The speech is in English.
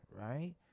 right